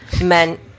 meant